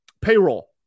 Payroll